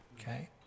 okay